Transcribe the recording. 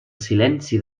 silenci